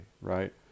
right